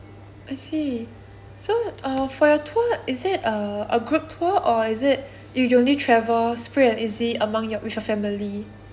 I see so uh for your tour is it err a group tour or is it you usually travels free and easy among your with your family